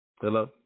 Hello